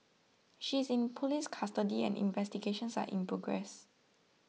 she is in police custody and investigations are in progress